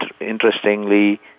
interestingly